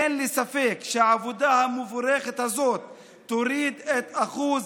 אין לי ספק שהעבודה המבורכת הזאת תוריד את אחוז